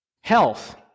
health